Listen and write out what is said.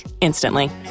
instantly